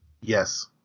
Yes